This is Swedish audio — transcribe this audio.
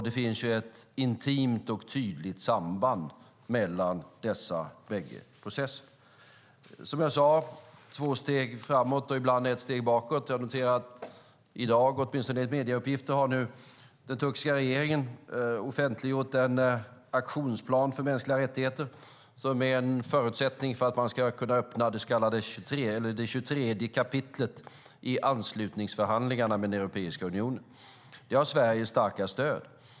Det finns ett intimt och tydligt samband mellan dessa bägge processer. Som jag sade är det två steg framåt och ibland ett steg bakåt. Jag noterar att i dag, åtminstone enligt medieuppgifter, har den turkiska regeringen offentliggjort en aktionsplan för mänskliga rättigheter. Det är en förutsättning för att man ska kunna öppna det så kallade 23:e kapitlet i anslutningsförhandlingarna med Europeiska unionen. Det har Sveriges starka stöd.